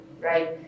right